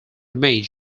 image